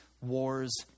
wars